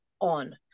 on